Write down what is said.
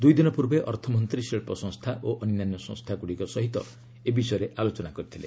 ଦୁଇ ଦିନ ପୂର୍ବେ ଅର୍ଥମନ୍ତ୍ରୀ ଶିଳ୍ପ ସଂସ୍ଥା ଓ ଅନ୍ୟାନ୍ୟ ସଂସ୍ଥାଗୁଡ଼ିକ ସହ ଏ ବିଷୟରେ ଆଲୋଚନା କରିଥିଲେ